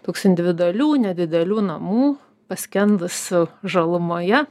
toks individualių nedidelių namų paskendusių žalumoje